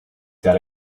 that